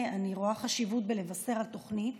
דווקא בעיתוי הזה אני רואה חשיבות בלבשר על תוכנית